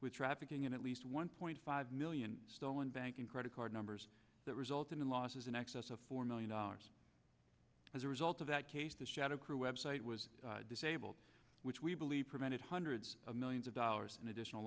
with trafficking in at least one point five million stolen bank in credit card numbers that resulted in losses in excess of four million dollars as a result of that case the shadow crew website was disabled which we believe prevented hundreds of millions of dollars in addition